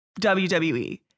WWE